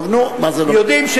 יודעים,